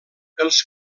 els